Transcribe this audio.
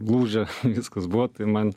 lūžę viskas buvo tai man